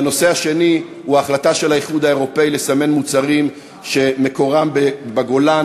הנושא השני הוא ההחלטה של האיחוד האירופי לסמן מוצרים שמקורם בגולן,